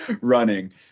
running